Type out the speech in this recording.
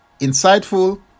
insightful